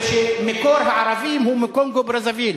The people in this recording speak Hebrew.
ושמקור הערבים הוא מקונגו-ברזוויל.